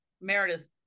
Meredith